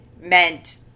meant